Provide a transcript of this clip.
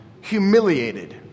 humiliated